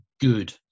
good